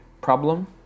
problem